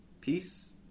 peace